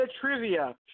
Trivia